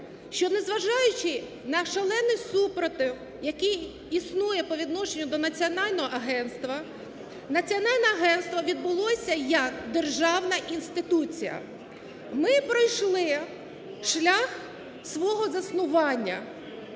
що незважаючи на шалений супротив, який існує по відношенню до національного агентства, національне агентство відбулося як державна інституція. Ми пройшли шлях свого заснування